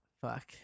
Fuck